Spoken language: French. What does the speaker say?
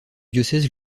diocèse